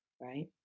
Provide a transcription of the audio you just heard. right